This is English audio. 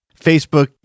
Facebook